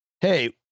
Hey